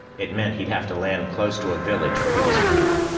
it meant he'd have to land close to a village where he was known.